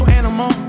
animal